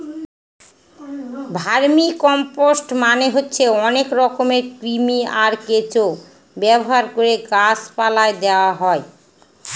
vermicompost মানে হচ্ছে অনেক রকমের কৃমি, আর কেঁচো ব্যবহার করে গাছ পালায় দেওয়া হয়